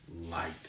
light